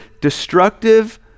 destructive